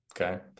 Okay